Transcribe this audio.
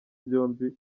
byombi